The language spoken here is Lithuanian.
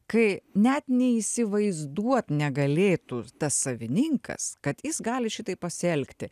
kai net neįsivaizduot negalėtų tas savininkas kad jis gali šitaip pasielgti